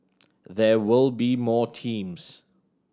there will be more teams